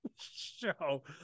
show